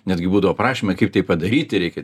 netgi būdavo aprašymai kaip tai padaryti reikia